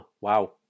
Wow